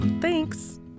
Thanks